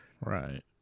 Right